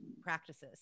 practices